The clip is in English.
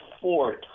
four